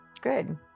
Good